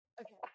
okay